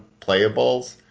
playables